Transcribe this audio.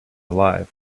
alive